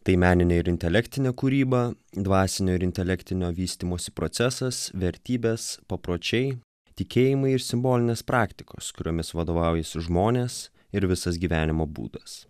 tai meninę ir intelektinę kūrybą dvasinio ir intelektinio vystymosi procesas vertybės papročiai tikėjimai ir simbolinės praktikos kuriomis vadovaujasi žmonės ir visas gyvenimo būdas